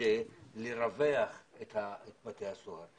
כדי לרווח את בתי הסוהר.